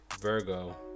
virgo